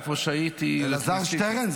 איפה שאני הייתי --- אלעזר שטרן,